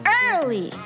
early